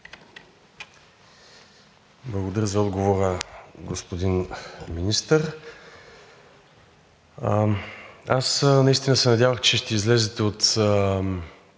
Благодаря за отговора, господин Министър. Аз наистина се надявах, че ще излезете от